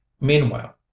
Meanwhile